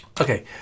Okay